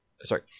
sorry